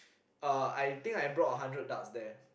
uh I think I brought a hundred darts there